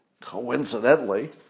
coincidentally